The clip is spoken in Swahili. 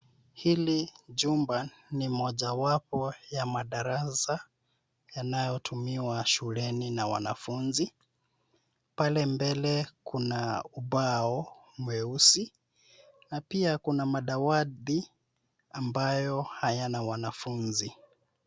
Hili jumba ni mojawapo ya madarasa yanayotumiwa shuleni na wanafunzi. Pale mbele kuna ubao mweusi na pia kuna madawati ambayo hayana wanafunzi.